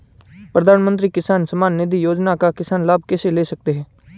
प्रधानमंत्री किसान सम्मान निधि योजना का किसान लाभ कैसे ले सकते हैं?